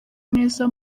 neza